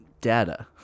data